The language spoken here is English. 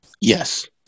Yes